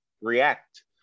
react